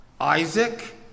Isaac